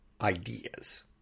ideas